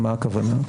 מה הכוונה?